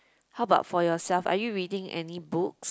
how about for yourself are you reading any books